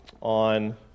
on